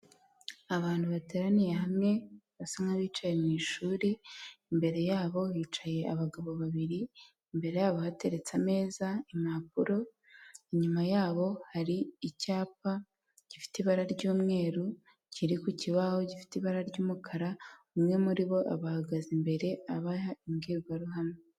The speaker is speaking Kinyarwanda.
Abantu bateraniye hamwe basa nk'abicaye mu ishuri, imbere yabo hicaye abagabo babiri imbere yabo bateretse ameza impapuro inyuma yabo hari icyapa gifite ibara ry'umweru, kiri ku kibaho gifite ibara ry'umukara, umwe muri bo abahagaze imbere abaha imbwirwaruhame.